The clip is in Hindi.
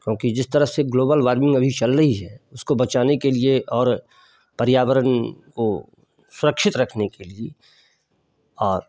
क्योंकि जिस तरह से ग्लोबल वार्मिंग अभी चल रही है उसको बचाने के लिए और पर्यावरण को सुरक्षित रखने के लिए और